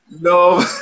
No